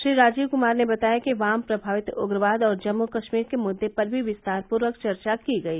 श्री राजीव कुमार ने बताया कि वाम प्रमावित उग्रवाद और जम्मू कश्मीर के मुद्दे पर भी विस्तार पूर्वक चर्चा की गई